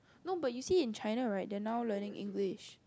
no but you see in China right they are now learning English